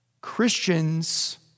Christians